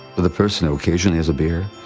the person who occasionally has a beer,